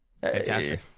Fantastic